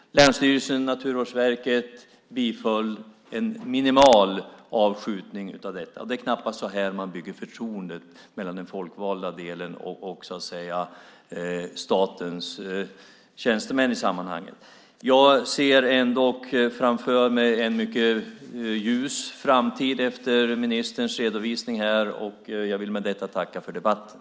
Länsstyrelsen och Naturvårdsverket biföll en minimal avskjutning. Det är knappast så man bygger förtroende mellan den folkvalda delen och statens tjänstemän i sammanhanget. Jag ser ändå framför mig en mycket ljus framtid efter ministerns redovisning här. Jag vill med det tacka för debatten.